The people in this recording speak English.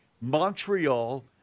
Montreal